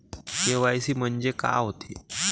KYC म्हंनजे का होते?